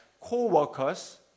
co-workers